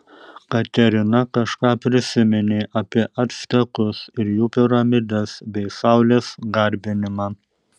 katerina kažką prisiminė apie actekus ir jų piramides bei saulės garbinimą